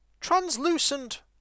translucent